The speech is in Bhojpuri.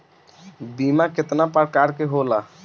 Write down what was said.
बीमा केतना प्रकार के होला?